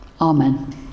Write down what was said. Amen